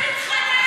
מה זה מתחנן?